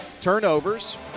Turnovers